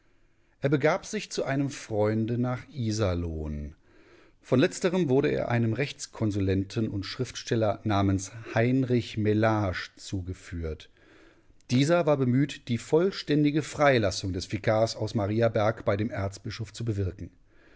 er begab sich zu einem freunde nach iserlohn von letzterem wurde er einem rechtskonsulenten und schriftsteller namens heinrich mellage zugeführt dieser war bemüht die vollständige freilassung des vikars aus mariaberg bei dem erzbischof zu bewirken